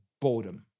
boredom